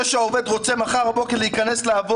זה שהעובד רוצה להכנס מחר בבוקר לעבוד,